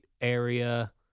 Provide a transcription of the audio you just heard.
area